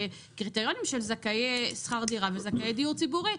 קריטריונים של זכאי שכר דירה וזכאי דיור ציבורי,